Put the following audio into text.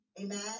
amen